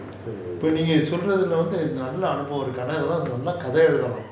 நீங்க சொல்றதுல வந்து எனக்கு நல்ல அனுபவம் இருக்கு:neenga solrathula vanthu ennaku nalla anubavam iruku